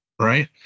Right